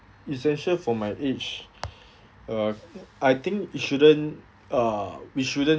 essential for my age uh I think it shouldn't uh we shouldn't